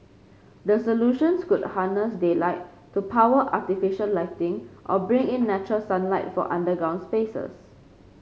the solutions could harness daylight to power artificial lighting or bring in natural sunlight for underground spaces